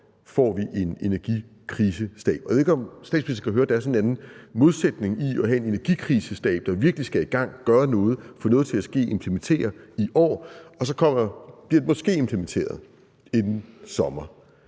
sommer en energikrisestab. Jeg ved ikke, om statsministeren kan høre, der er sådan en eller anden modsætning i at have en energikrisestab, der virkelig skal i gang, gøre noget, få noget til at ske, implementere i år, og at så bliver den måske implementeret inden sommer.